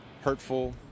hurtful